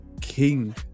king